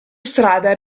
strada